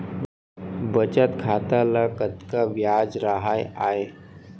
बचत खाता ल कतका ब्याज राहय आय?